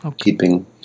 keeping